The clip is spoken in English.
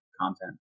content